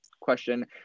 question